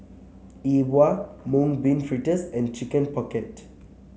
E Bua Mung Bean Fritters and Chicken Pocket